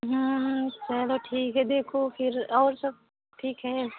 हम्म हम्म चलो ठीक है देखो फिर और सब ठीक है